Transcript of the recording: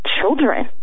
children